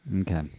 Okay